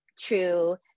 true